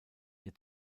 ihr